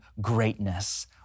greatness